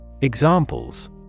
Examples